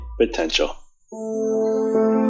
potential